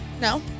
No